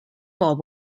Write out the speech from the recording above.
bulb